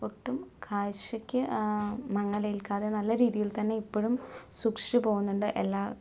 ഒട്ടും കാഴ്ചയ്ക്ക് മങ്ങൽ ഏൽക്കാതെ നല്ല രീതിയിൽ തന്നെ ഇപ്പോഴും സൂക്ഷിച്ചു പോകുന്നുണ്ട് എല്ലാം